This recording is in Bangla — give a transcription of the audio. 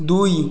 দুই